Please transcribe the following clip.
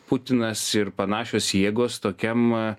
putinas ir panašios jėgostokiam